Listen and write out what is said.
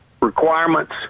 requirements